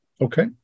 Okay